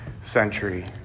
century